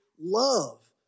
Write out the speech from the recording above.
love